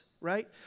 right